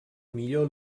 millor